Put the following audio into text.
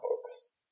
books